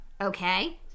okay